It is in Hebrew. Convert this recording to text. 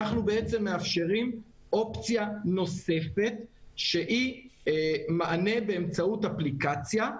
אנחנו בעצם מאפשרים אופציה נוספת שהיא מענה באמצעות אפליקציה,